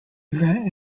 event